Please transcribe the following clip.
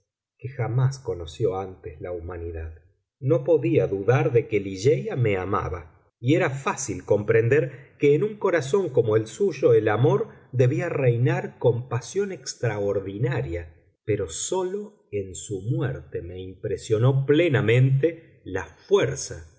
que jamás conoció antes la humanidad no podía dudar de que ligeia me amaba y era fácil comprender que en un corazón como el suyo el amor debía reinar con pasión extraordinaria pero sólo en su muerte me impresionó plenamente la fuerza